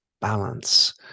balance